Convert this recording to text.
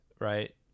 right